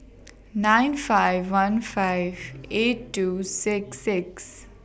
nine five one five eight two six six